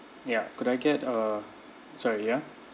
ya could I get a sorry ya